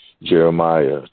Jeremiah